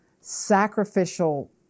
sacrificial